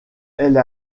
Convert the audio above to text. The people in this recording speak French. elle